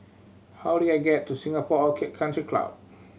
how do I get to Singapore Orchid Country Club